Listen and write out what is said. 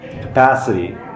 capacity